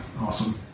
Awesome